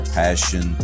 passion